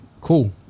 cool